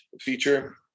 feature